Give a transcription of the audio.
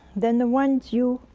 than the ones you